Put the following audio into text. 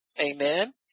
Amen